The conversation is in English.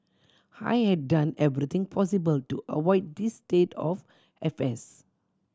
I had done everything possible to avoid this state of affairs